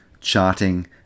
charting